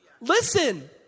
Listen